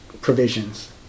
provisions